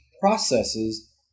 processes